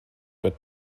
but